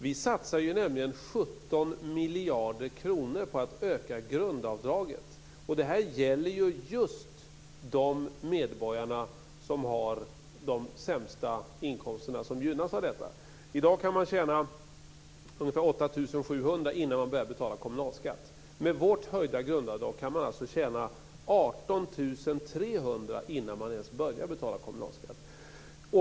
Vi satsar nämligen 17 miljarder kronor på att öka grundavdraget. Det här gäller ju just de medborgare som har de sämsta inkomsterna. Det är de som gynnas av detta. I dag kan man tjäna ungefär Med vårt höjda grundavdrag kan man tjäna 18 300 kr innan man börjar betala kommunalskatt.